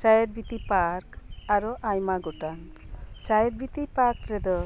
ᱥᱟᱭᱮᱨ ᱵᱮᱛᱤ ᱯᱟᱨᱠ ᱟᱨᱚ ᱟᱭᱢᱟ ᱜᱚᱴᱟᱝ ᱥᱟᱭᱮᱨ ᱵᱮᱛᱤ ᱯᱟᱨᱠ ᱨᱮᱫᱚ